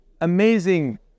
amazing